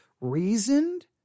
reasoned